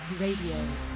Radio